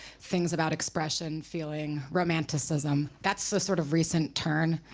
things about expression, feeling, romanticism, that's the sort of recent turn,